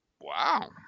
Wow